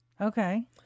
Okay